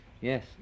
yes